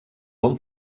bon